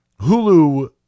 Hulu